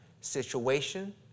Situation